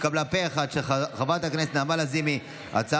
של חברת הכנסת נעמה לזימי התקבלה פה,